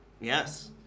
Yes